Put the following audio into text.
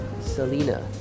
Selena